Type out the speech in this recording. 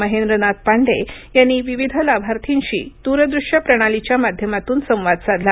महेंद्रनाथ पांडे यांनी विविध लाभार्थीशी द्रदृष्य प्रणालीच्या माध्यमातून संवाद साधला